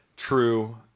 true